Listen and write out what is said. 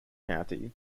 county